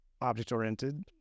object-oriented